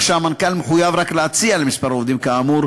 שהמנכ"ל מחויב רק להציע למספר עובדים כאמור,